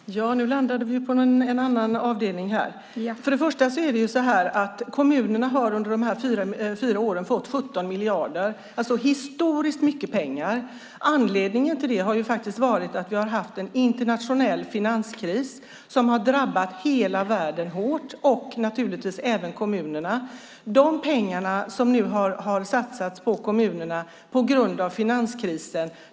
Herr talman! Nu landade vi på en annan avdelning här. Först och främst har kommunerna under de här fyra åren fått 17 miljarder, alltså historiskt mycket pengar. Anledningen till det har varit att vi har haft en internationell finanskris som har drabbat hela världen hårt och naturligtvis även kommunerna. Pengar har avsatts till kommunerna på grund av finanskrisen.